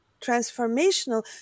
transformational